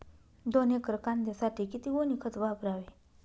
दोन एकर कांद्यासाठी किती गोणी खत वापरावे?